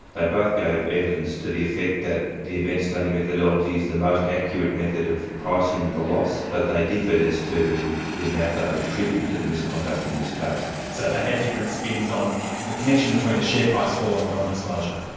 they both gave evidence to the effect that the event study methodology is the most accurate method of pricing the loss, but they differed as to the amount they would attribute to the misconduct in this case. so they had different spins on the connection between the share price fall and the non-disclosure?